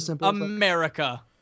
America